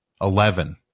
eleven